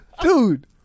Dude